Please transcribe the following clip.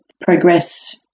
progress